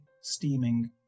steaming